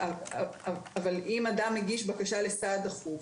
אם אדם מגיש בקשה לסעד דחוף,